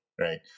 right